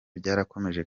byarakomeje